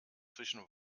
zwischen